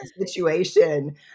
situation